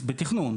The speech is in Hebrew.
בתכנון.